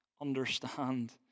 understand